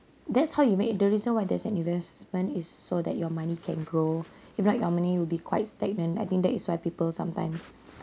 that's how you make the reason why there's an investment is so that your money can grow if right your money will be quite stagnant I think that is why people sometimes